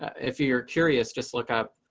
if you're curious, just look up.